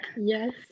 yes